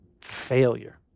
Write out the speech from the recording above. failure